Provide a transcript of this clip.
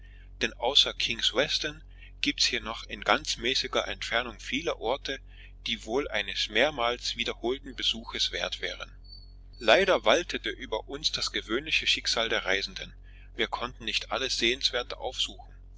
denn außer king's weston gibt es noch in ganz mäßiger entfernung viele orte die wohl eines mehrmals wiederholten besuchs wert wären leider waltete über uns das gewöhnliche schicksal der reisenden wir konnten nicht alles sehenswerte aufsuchen